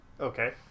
Okay